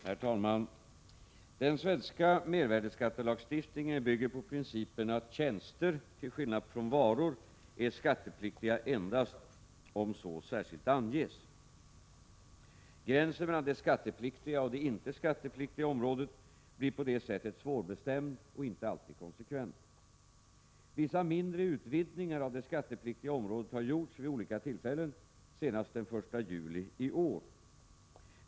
Herr talman! Den svenska mervärdeskattelagstiftningen bygger på principen att tjänster, till skillnad från varor, är skattepliktiga endast om så särskilt anges. Gränsen mellan det skattepliktiga och det inte skattepliktiga området blir på detta sätt svårbestämd och inte alltid konsekvent. Vissa mindre utvidgningar av det skattepliktiga området har gjorts vid olika tillfällen, senast den 1 juli i år.